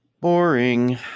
boring